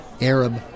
Arab